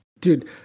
dude